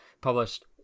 published